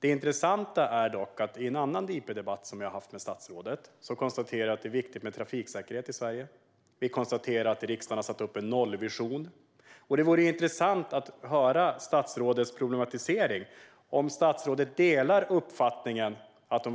Det intressanta är dock att i en annan interpellationsdebatt som jag har haft med statsrådet konstaterade vi att trafiksäkerhet i Sverige är viktigt och att riksdagen har satt upp en nollvision. Det vore därför intressant att höra statsrådets problematisering och om han delar uppfattningen att vi